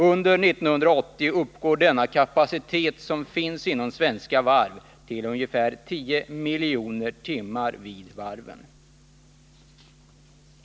Under år 1980 uppgår den kapacitet som finns inom Svenska Varv till ca 10 miljoner timmar vid varven.